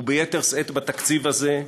וביתר שאת בתקציב הזה,